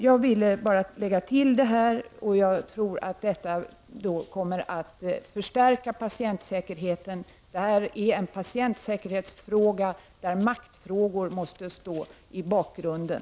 Jag tror att detta kommer att förstärka patientsäkerheten. Det är en fråga om patientsäkerhet där maktfrågor måste stå i bakgrunden.